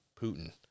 Putin